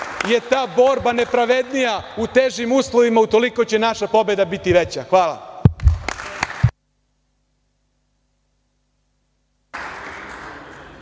je ta borba nepravednija u težim uslovima, utoliko će naša pobeda biti veća. Hvala.